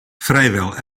vrijwel